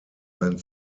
ein